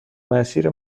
مسیر